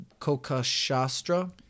Kokashastra